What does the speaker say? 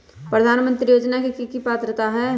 प्रधानमंत्री योजना के की की पात्रता है?